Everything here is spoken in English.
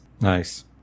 Nice